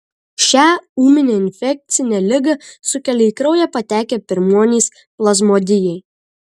šią ūminę infekcinę ligą sukelia į kraują patekę pirmuonys plazmodijai